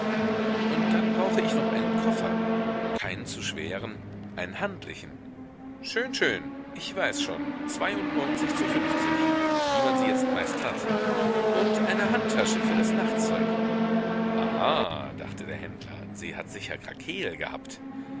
und dann brauche ich noch einen koffer keinen zu schweren einen handlichen schön schön ich weiß schon zweiundneunzig zu fünfzig wie man sie jetzt meist hat und eine handtasche für das nachtzeug aha dachte der händler sie hat sicher krakeel gehabt